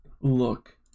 Look